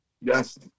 Yes